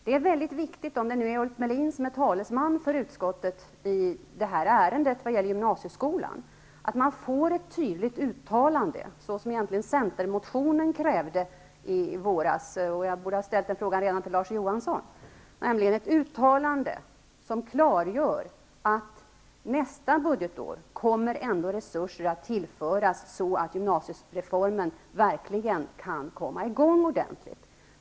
Jag vill till Ulf Melin, om det är han som är talesman för utskottet i detta ärende om gymnasieskolan, säga att det är viktigt att man får ett tydligt uttalande, som krävdes i centermotionen i våras -- jag borde ha ställt den frågan redan till Larz Johansson --, om att resurser kommer att sättas in nästa år, så att gymnasiereformen kan komma i gång ordentligt.